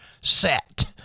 set